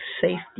safety